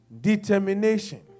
Determination